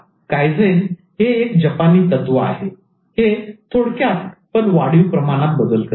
kaizen हे एक जपानी तत्व आहे हे थोडक्यात पण वाढीव प्रमाणात बदल करते